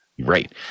Right